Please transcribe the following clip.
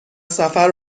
سفر